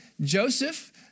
Joseph